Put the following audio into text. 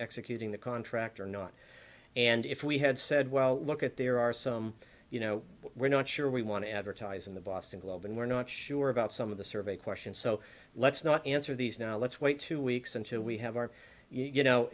executing the contract or not and if we had said well look at there are some you know we're not sure we want to advertise in the boston globe and we're not sure about some of the survey questions so let's not answer these now let's wait two weeks until we have our you know